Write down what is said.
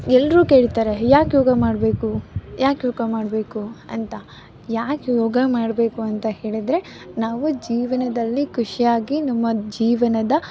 ಎಲ್ಲರೂ ಕೇಳ್ತಾರೆ ಯಾಕೆ ಯೋಗ ಮಾಡಬೇಕು ಯಾಕೆ ಯೋಗ ಮಾಡಬೇಕು ಅಂತ ಯಾಕೆ ಯೋಗ ಮಾಡಬೇಕು ಅಂತ ಹೇಳಿದರೆ ನಾವು ಜೀವನದಲ್ಲಿ ಖುಷಿಯಾಗಿ ನಮ್ಮ ಜೀವನದ